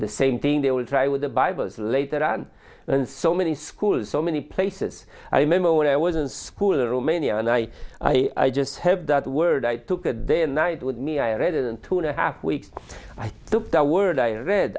the same thing they will try with the bibles later on and so many schools so many places i remember when i was in school romania and i i just have that word i took a day and night with me i read and two and a half weeks i took the word i read